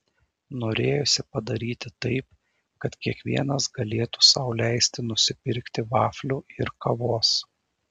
norėjosi padaryti taip kad kiekvienas galėtų sau leisti nusipirkti vaflių ir kavos